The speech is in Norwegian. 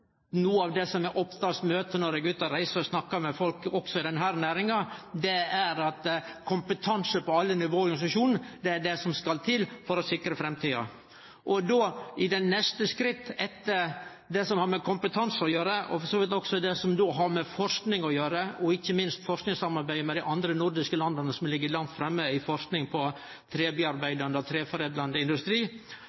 når eg er ute og reiser og snakkar med folk òg i denne næringa, er at kompetanse på alle nivå i organisasjonen er det som skal til for å sikre framtida. Det neste skrittet, etter det som har med kompetanse å gjere, og for så vidt òg det som har med forsking å gjere, og ikkje minst forskingssamarbeidet med dei andre nordiske landa, som ligg langt framme i forsking på